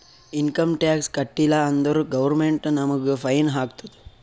income tax ಕಟ್ಟೀಲ ಅಂದುರ್ government ನಮುಗ್ ಫೈನ್ ಹಾಕ್ತುದ್